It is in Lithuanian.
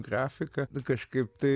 grafiką kažkaip tai